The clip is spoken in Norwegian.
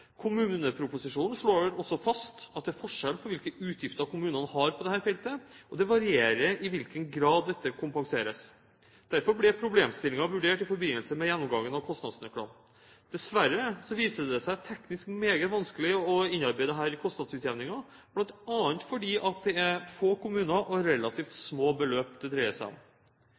det er forskjell på hvilke utgifter kommunene har på dette feltet, og det varierer i hvilken grad dette vil bli kompensert. Derfor ble problemstillingen vurdert i forbindelse med gjennomgangen av kostnadsnøklene. Dessverre viste det seg teknisk meget vanskelig å innarbeide dette i kostnadsutjevningen, bl.a. fordi det er få kommuner og relativt små beløp det dreier seg om.